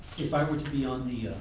if i were to be on the